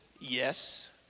yes